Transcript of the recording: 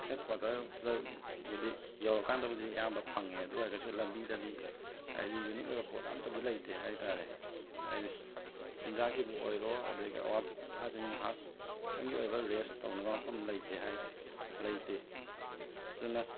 ꯍꯦꯠꯀ꯭ꯋꯥꯇꯔꯁꯗꯨꯗꯕꯨꯗꯤ ꯌꯧꯔꯀꯥꯟꯗꯕꯨꯗꯤ ꯑꯌꯥꯝꯕ ꯐꯡꯉꯦ ꯑꯗꯨ ꯑꯣꯏꯔꯒꯁꯨ ꯂꯝꯕꯤꯗꯗꯤ ꯍꯥꯏꯗꯤ ꯌꯨꯅꯤꯛ ꯑꯣꯏꯕ ꯄꯣꯠꯇꯤ ꯑꯝꯇꯗꯤ ꯂꯩꯇꯦ ꯍꯥꯏ ꯇꯥꯔꯦ ꯍꯥꯏꯗꯤ ꯆꯤꯟꯖꯥꯛꯀꯤꯕꯨ ꯑꯣꯏꯔꯣ ꯑꯗꯒꯤ ꯑꯋꯥꯕ ꯄꯣꯊꯥꯁꯤꯡ ꯉꯥꯏꯍꯥꯛꯇꯪꯒꯤ ꯑꯣꯏꯕ ꯔꯦꯁꯠ ꯇꯧꯅꯕ ꯃꯐꯝ ꯂꯩꯇꯦ ꯍꯥꯏ ꯂꯩꯇꯦ ꯑꯗꯨꯅ